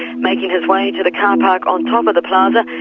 making his way to the car park on top um of the plaza,